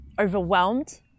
overwhelmed